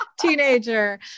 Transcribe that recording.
teenager